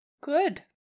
Good